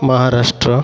Maharashtra